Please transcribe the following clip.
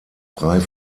frei